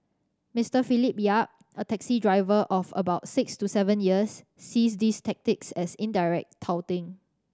Mister Philip Yap a taxi driver of about six to seven years sees these tactics as indirect touting